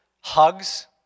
hugs